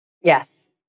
Yes